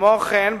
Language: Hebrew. כמו כן,